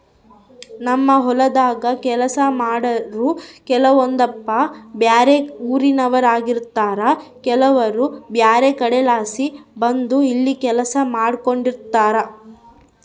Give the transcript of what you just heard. ನಮ್ಮ ಹೊಲದಾಗ ಕೆಲಸ ಮಾಡಾರು ಕೆಲವೊಂದಪ್ಪ ಬ್ಯಾರೆ ಊರಿನೋರಾಗಿರುತಾರ ಕೆಲವರು ಬ್ಯಾರೆ ಕಡೆಲಾಸಿ ಬಂದು ಇಲ್ಲಿ ಕೆಲಸ ಮಾಡಿಕೆಂಡಿರ್ತಾರ